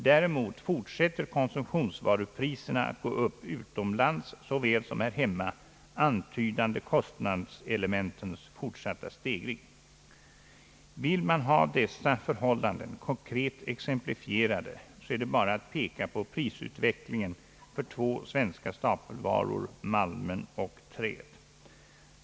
Däremot fortsätter konsumtionsvarupriserna att gå upp utomlands såväl som här hemma, antydande kostnadselementens fortsatta stegring. Vill man ha dessa förhållanden konkret exemplifierade är det bara att peka på prisutvecklingen för två svenska stapelvaror, malmen och träet.